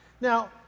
Now